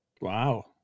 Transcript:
Wow